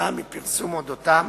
כתוצאה מפרסומים על-אודותם,